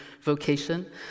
vocation